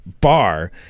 bar